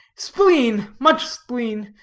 spleen, much spleen,